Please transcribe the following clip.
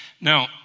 Now